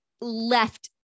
left